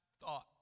thought